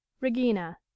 Regina